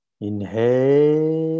Inhale